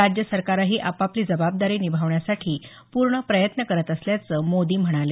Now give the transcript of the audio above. राज्य सरकारंही आपापली जबाबदारी निभावण्यासाठी पूर्ण प्रयत्न करत असल्याचं मोदी म्हणाले